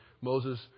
Moses